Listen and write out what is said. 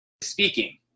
speaking